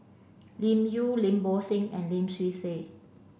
Lim Yau Lim Bo Seng and Lim Swee Say